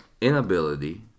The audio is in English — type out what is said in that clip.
inability